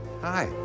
Hi